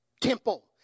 temple